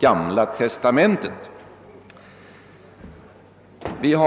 Gamla testamentet kommer till stånd.